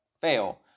fail